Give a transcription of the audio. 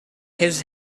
his